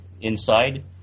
inside